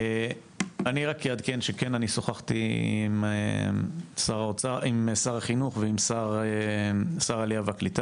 אני רק אעדכן שכן אני שוחחתי עם שר החינוך ועם שר העלייה והקליטה.